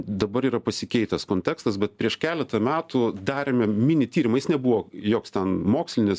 dabar yra pasikeitęs kontekstas bet prieš keletą metų darėme mini tyrimą jis nebuvo joks ten mokslinis